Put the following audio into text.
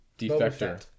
defector